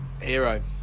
hero